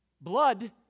Blood